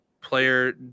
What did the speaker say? player